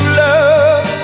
love